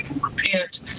repent